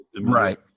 Right